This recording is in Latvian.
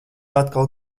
atkal